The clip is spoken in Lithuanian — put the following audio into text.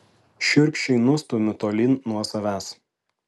šiurkščiai nustumiu tolyn nuo savęs